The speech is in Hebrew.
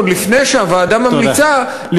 עוד לפני שהוועדה ממליצה,